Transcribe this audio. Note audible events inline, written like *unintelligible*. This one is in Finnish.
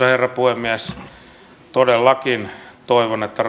*unintelligible* herra puhemies todellakin toivon että *unintelligible*